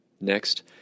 Next